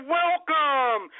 welcome